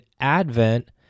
Advent